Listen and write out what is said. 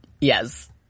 yes